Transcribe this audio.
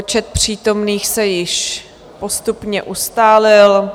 Počet přítomných se již postupně ustálil.